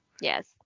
Yes